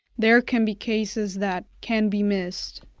there can be cases that can be missed.